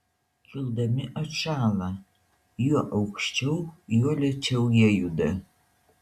kildami atšąla juo aukščiau juo lėčiau jie juda